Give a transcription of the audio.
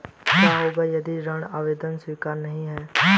क्या होगा यदि ऋण आवेदन स्वीकृत नहीं है?